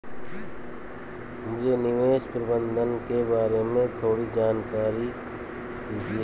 मुझे निवेश प्रबंधन के बारे में थोड़ी जानकारी दीजिए